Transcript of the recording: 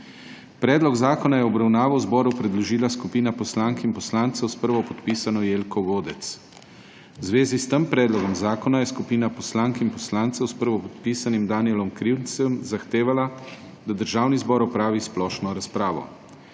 Predlog zakona je v obravnavo zboru predložila skupina poslank in poslancem s prvopodpisanem Danijelom Krivcem. V zvezi s tem predlogom zakona je skupina poslank in poslancev s prvopodpisanim Danijelom Krivcem zahtevala, da Državni zbor opravi splošno razpravo.